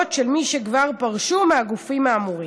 של מי שכבר פרשו מהגופים האמורים.